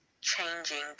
changing